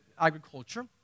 agriculture